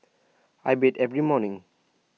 I bathe every morning